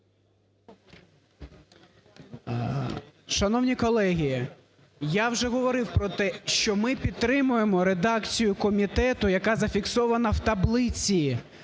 Шановні колеги! Я вже говорив про те, що ми підтримуємо редакцію комітету, яка зафіксована в таблиці,